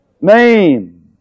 name